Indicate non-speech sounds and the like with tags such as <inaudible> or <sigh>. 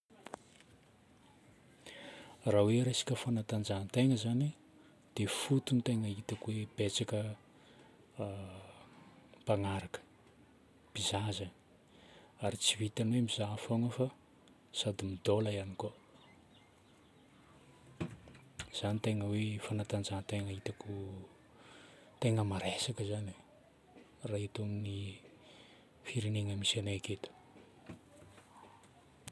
Raha hoe resaka fanatanjahan-tegna zagny dia foty no tegna hitako hoe betsaka <hesitation> mpagnaraka. Mpizaha zagny. Ary tsy vitagn'ny hoe mizaha fôgna fô sady midôla ihany koa. Zagny no tegna hoe fanatanjahan-tegna hitako, tegna maresaka zagny e, raha eto amin'ny firenena misy anay aketo.